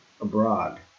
abroad